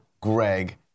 Greg